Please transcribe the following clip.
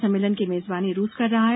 सम्मेलन की मेजबानी रूस कर रहा है